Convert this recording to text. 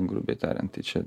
grubiai tariant tai čia